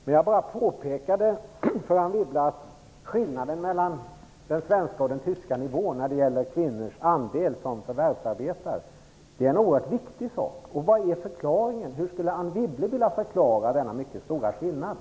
Jag bara påpekade för Anne Wibble att skillnaden mellan den svenska och tyska nivån när det gäller andelen kvinnor som förvärvsarbetar är en oerhört viktig sak. Hur skulle Anne Wibble vilja förklara denna mycket stora skillnad?